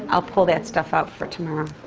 i'll pull that stuff out for tomorrow